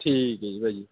ਠੀਕ ਹੈ ਜੀ ਭਾਅ ਜੀ